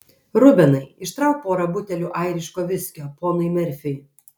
rubenai ištrauk porą butelių airiško viskio ponui merfiui